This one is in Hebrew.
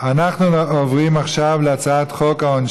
את חברי הכנסת